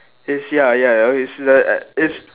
it's ya ya okay it's the it's